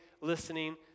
listening